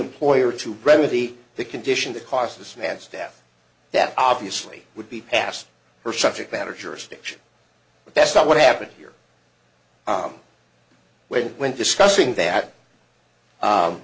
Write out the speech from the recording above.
employer to remedy the condition that cost this man staff that obviously would be passed her subject matter jurisdiction but that's not what happened here when when discussing that